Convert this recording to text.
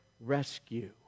rescue